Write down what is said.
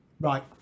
Right